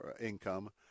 income